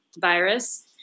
virus